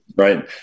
right